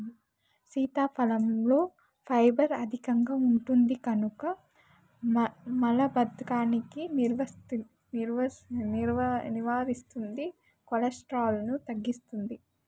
సీతాఫలంలో ఫైబర్ అధికంగా ఉంటుంది కనుక మలబద్ధకాన్ని నివారిస్తుంది, కొలెస్ట్రాల్ను తగ్గిస్తుంది